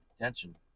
attention